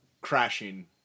crashing